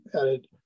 added